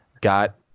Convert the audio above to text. got